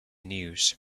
news